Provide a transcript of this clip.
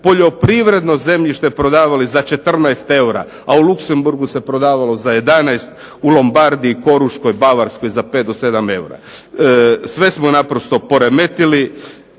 poljoprivredno zemljište prodavali za 14 eura, a u Luksemburgu se prodavalo za 11, u Lombardi i Koruškoj, Bavarskoj za 5 do 7 eura. Sve smo naprosto poremetili,